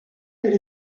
elle